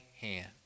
hand